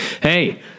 Hey